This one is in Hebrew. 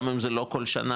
גם אם זה לא כל שנה,